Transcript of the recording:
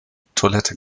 toilette